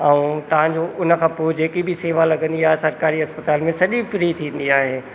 ऐं तव्हांजो उन खां पोइ जेकी बि सेवा लॻंदी आहे सरकारी अस्पताल में सॼी फ्री थींदी आहे